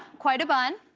quite a bun,